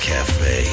Cafe